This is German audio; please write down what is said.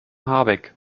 habeck